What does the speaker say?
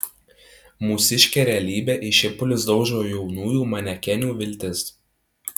mūsiškė realybė į šipulius daužo jaunųjų manekenių viltis